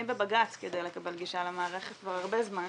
אני בבג"צ כדי לקבל גישה למערכת כבר הרבה זמן.